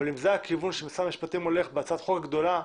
אם זה הכיוון שמשרד המשפטים הולך בהצעת החוק הגדולה,